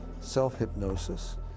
self-hypnosis